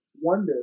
wonder